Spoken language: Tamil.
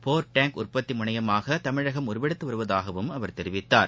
போர் டேங்க் உற்பத்தி முனையமாக தமிழகம் உருவெடுத்து வருவதாகவும் அவர் தெரிவித்தார்